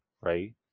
right